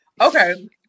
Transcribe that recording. Okay